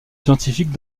scientifiques